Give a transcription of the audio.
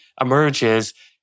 emerges